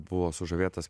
buvo sužavėtas